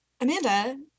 Amanda